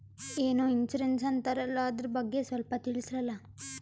ಏನೋ ಇನ್ಸೂರೆನ್ಸ್ ಅಂತಾರಲ್ಲ, ಅದರ ಬಗ್ಗೆ ಸ್ವಲ್ಪ ತಿಳಿಸರಲಾ?